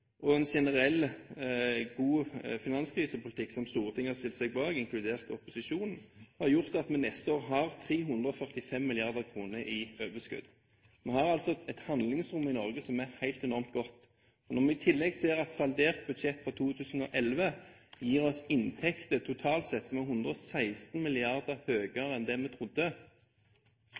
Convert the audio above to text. og en generell god finanskrisepolitikk som Stortinget har stilt seg bak – inkludert opposisjonen – har gjort at vi neste år har 345 mrd. kr i overskudd. Vi har altså et handlingsrom i Norge som er helt enormt godt. Når vi i tillegg ser at saldert budsjett for 2011 gir oss inntekter totalt sett som er 116 mrd. kr høyere enn det vi trodde